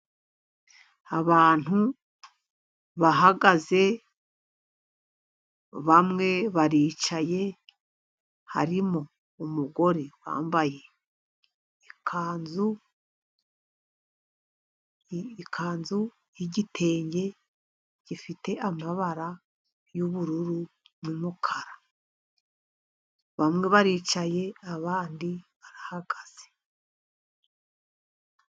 Abantu bahagaze, bamwe baricaye harimo umugore wambaye ikanzu, ikanzu y'igitenge gifite amabara y'ubururu n'umukara. Bamwe baricaye, abandi barahagaze.